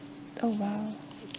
oh !wow!